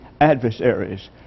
adversaries